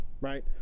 right